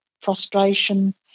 frustration